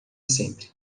sempre